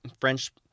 French